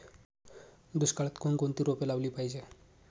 दुष्काळात कोणकोणती रोपे लावली पाहिजे?